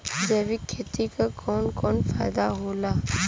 जैविक खेती क कवन कवन फायदा होला?